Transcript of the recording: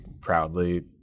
proudly